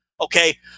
Okay